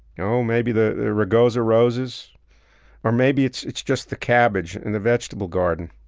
no maybe the rugosa roses or maybe it's it's just the cabbage in the vegetable garden.